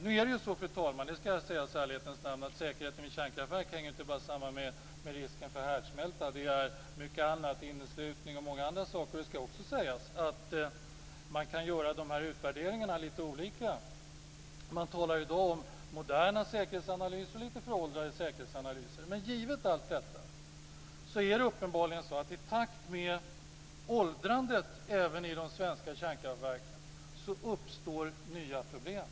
I ärlighetens namn skall jag säga att säkerheten vid kärnkraftverk hänger ju inte bara samman med risken för härdsmälta. Det är mycket annat som kan hända, bl.a. inneslutning. Man kan göra utvärderingarna litet olika. Det talas i dag om moderna säkerhetsanalyser och om litet föråldrade säkerhetsanalyser. I takt med de svenska kärnkraftverkens åldrande uppstår nya problem.